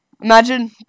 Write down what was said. Imagine